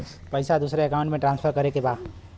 पैसा दूसरे अकाउंट में ट्रांसफर करें के बा?